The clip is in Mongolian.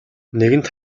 нэгэнт